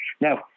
Now